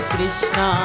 Krishna